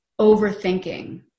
overthinking